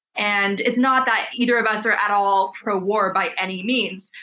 and it's not that either of us are at all pro-war by any means,